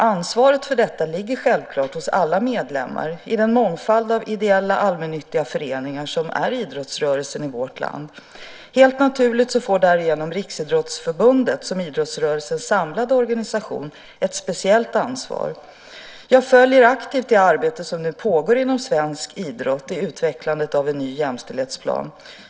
Ansvaret för detta ligger självklart hos alla medlemmar i den mångfald av ideella allmännyttiga föreningar som är idrottsrörelsen i vårt land. Helt naturligt får därigenom Riksidrottsförbundet som idrottsrörelsens samlande organisation ett speciellt ansvar. Jag följer aktivt det arbete som nu pågår inom svensk idrott i utvecklandet av en ny jämställdhetsplan.